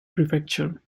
prefecture